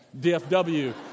DFW